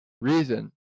reason